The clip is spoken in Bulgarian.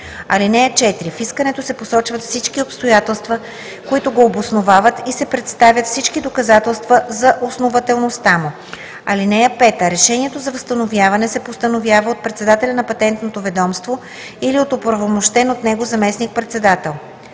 срока. (4) В искането се посочват всички обстоятелства, които го обосновават, и се представят всички доказателства за основателността му. (5) Решението за възстановяване се постановява от председателя на Патентното ведомство или от оправомощен от него заместник-председател.